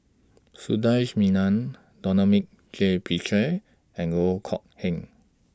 Sundaresh Menon Dominic J Puthucheary and Loh Kok Heng